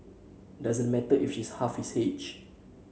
doesn't matter if she's half his age